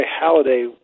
halliday